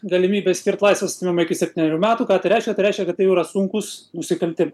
galimybė skirt laisvės atėmimą iki septynerių metų ką tai reiškia tai reiškia kad tai jau yra sunkūs nusikaltimai